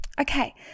Okay